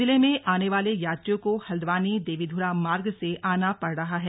जिले में आने वाले यात्रियों को हल्द्वानी देवीधुरा मार्ग से आना पड़ रहा है